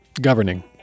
Governing